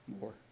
more